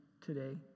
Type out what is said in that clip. today